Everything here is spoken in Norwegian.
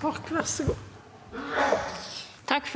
Sandra Borch